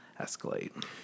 escalate